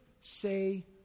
say